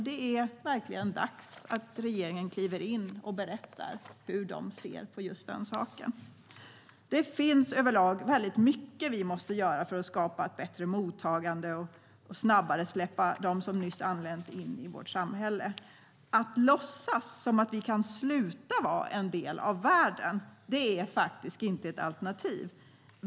Det är verkligen dags att regeringen kliver in och berättar hur den ser på just den saken. Det finns överlag väldigt mycket vi måste göra för att skapa ett bättre mottagande och snabbare släppa in dem som nyss anlänt i vårt samhälle. Att låtsas som om vi kan sluta vara en del av världen är faktiskt inte ett alternativ.